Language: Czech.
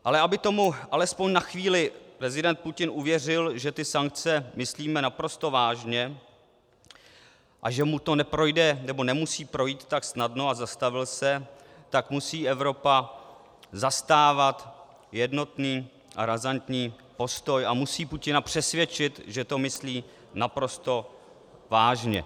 Ale aby tomu alespoň na chvíli prezident Putin uvěřil, že ty sankce myslíme naprosto vážně a že mu to nemusí projít tak snadno, a zastavil se, tak musí Evropa zastávat jednotný a razantní postoj a musí Putina přesvědčit, že to myslí naprosto vážně.